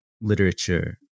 literature